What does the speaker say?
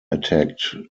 attacked